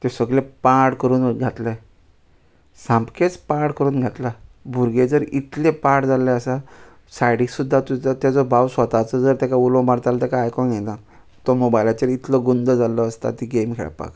तें सगलें पाड करून घातलें सामकेंच पाड करून घातलां भुरगे जर इतले पाड जाल्ले आसा सायडीक सुद्दां तुजो तेजो भाव स्वोताचो जर ताका उलो मारता आल ताका आयकोंक येयना तो मोबायलाचेर इतलो गुंद जाल्लो आसता ती गेम खेळपाक